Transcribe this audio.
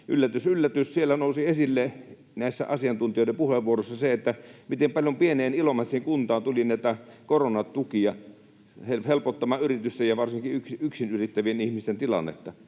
yllätys yllätys, siellä nousi esille näissä asiantuntijoiden puheenvuoroissa se, miten paljon pieneen Ilomantsin kuntaan tuli näitä koronatukia helpottamaan yritysten ja varsinkin yksinyrittävien ihmisten tilannetta.